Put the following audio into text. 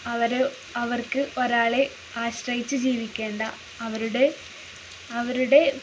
അവര് അവർക്ക് ഒരാളെ ആശ്രയിച്ചു ജീവിക്കേണ്ട അവരുടെ അവരുടെ